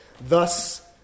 Thus